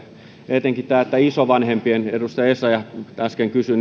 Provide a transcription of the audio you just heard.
etenkin tämä että tämä huomioi isovanhempien edustaja essayah äsken kysyi